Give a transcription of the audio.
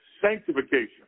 sanctification